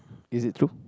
is it true